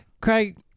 Craig